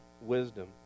wisdom